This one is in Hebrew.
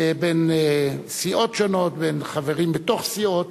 בין סיעות שונות, בין חברים בתוך סיעות.